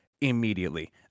immediately